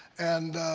and,